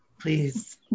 Please